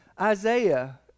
Isaiah